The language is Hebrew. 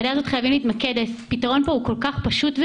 הפתרון כאן הוא פשוט כל כך ומידי